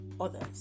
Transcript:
others